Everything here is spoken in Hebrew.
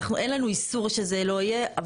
אין לנו איסור שזה לא יהיה.